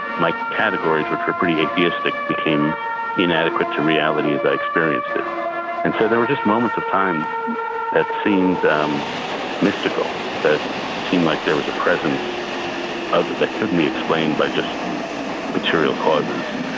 my categories, which were pretty atheistic, became inadequate to reality as i experienced it and so there were just moments of time that seemed um mystical, that seemed like there was a presence that couldn't be explained by just material causes.